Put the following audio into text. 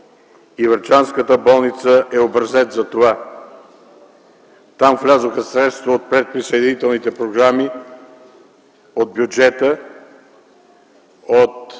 Врачанската болница е образец за това. Там влязоха средства от предприсъединителните програми, от бюджета, от